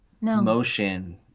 motion